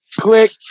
Click